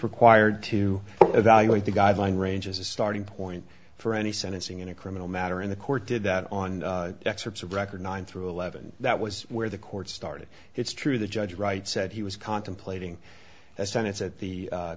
required to evaluate the guideline range as a starting point for any sentencing in a criminal matter in the court did that on excerpts of record nine through eleven that was where the court started it's true that judge wright said he was contemplating a sentence at the